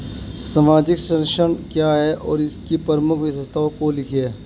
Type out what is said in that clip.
सामाजिक संरक्षण क्या है और इसकी प्रमुख विशेषताओं को लिखिए?